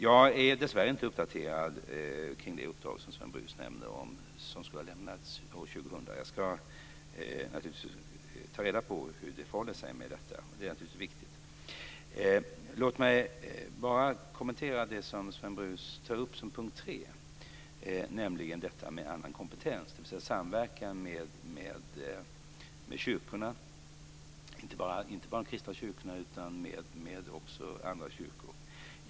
Jag är dessvärre inte uppdaterad kring det uppdrag som Sven Brus nämner som skulle ha lämnats år 2000. Jag ska naturligtvis ta reda på hur det förhåller sig med detta. Det är naturligtvis viktigt. Låt mig bara kommentera det som Sven Brus tar upp som punkt 3, nämligen detta med annan kompetens och samverkan med kyrkorna, inte bara de kristna kyrkorna utan också andra kyrkor.